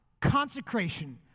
consecration